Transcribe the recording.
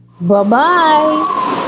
Bye-bye